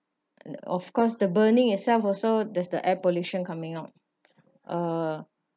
of course the burning itself also there's the air pollution coming out uh